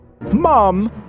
Mom